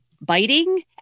biting